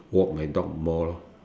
walk my dog more lor